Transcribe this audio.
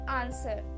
answer